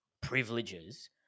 privileges